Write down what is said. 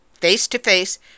face-to-face